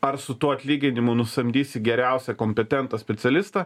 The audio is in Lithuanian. ar su tuo atlyginimu nusamdysi geriausią kompetentą specialistą